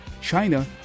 China